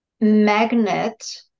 magnet